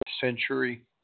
century